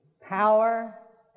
power